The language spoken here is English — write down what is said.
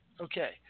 okay